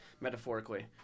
metaphorically